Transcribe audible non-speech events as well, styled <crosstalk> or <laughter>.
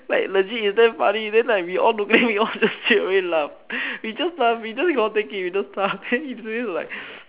like legit is damn funny then like we all looking we all just straight away laugh we just laugh we just cannot take it we just laugh then his face like <noise>